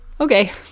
Okay